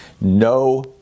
no